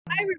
Hi